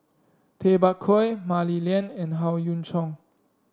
Tay Bak Koi Mah Li Lian and Howe Yoon Chong